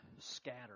scatter